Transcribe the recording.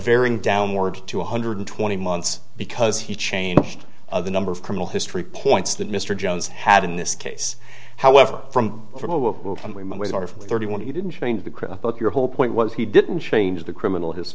varying downward to one hundred twenty months because he changed the number of criminal history points that mr jones had in this case however from thirty one he didn't change the current book your whole point was he didn't change the criminal his